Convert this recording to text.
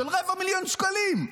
של 0.25 מיליון שקלים,